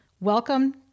Welcome